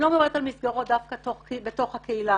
אני לא מדברת על מסגרות דווקא בתוך הקהילה,